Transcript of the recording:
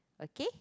okay